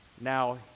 Now